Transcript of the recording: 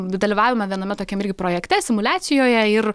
dalyvavome viename tokiame irgi projekte simuliacijoje ir